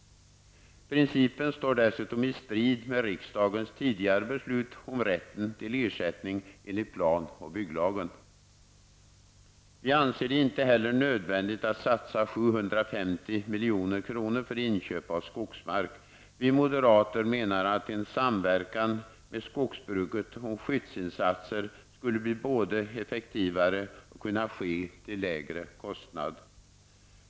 Principen står dessutom i strid med riksdagens tidigare beslut om rätten till ersättning enligt plan och bygglagen. Vi anser det inte heller nödvändigt att satsa 750 milj.kr. för inköp av skogsmark. Vi moderater menar att en samverkan med skogsbruket om skyddsinsatserna skulle bli både effektivare och kunna ske till längre kostnad än vad som nu föreslås.